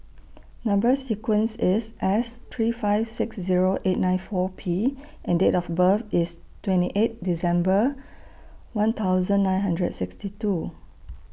Number sequence IS S three five six Zero eight nine four P and Date of birth IS twenty eight December one thousand nine hundred sixty two